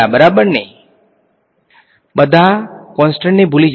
બરાબરને બધા કોંસ્ટંટને ભૂલી જાઓ